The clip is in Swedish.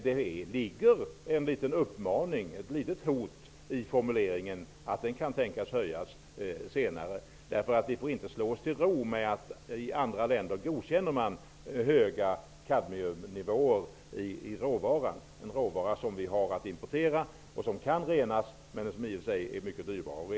Det ligger en liten uppmaning, ett litet hot, i formuleringen att avgiften kan tänkas höjas senare. Vi får inte slå oss till ro med att man i andra länder godkänner höga kadmiumnivåer i råvaran. Den råvara som vi importerar kan renas, men det är mycket dyrbart.